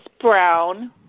brown